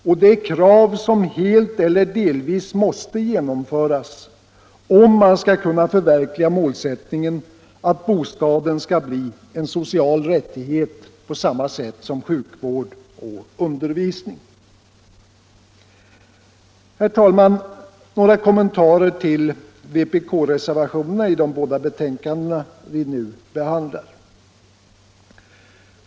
Det är krav som helt eller delvis måste genomföras, om man skall kunna förverkliga målsättningen att bostaden skall bli en social rättighet på samma sätt som sjukvård och undervisning. Herr talman! Några kommentarer till vpk-reservationerna vid de båda betänkanden vi nu behandlar.